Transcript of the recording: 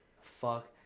Fuck